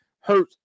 hurt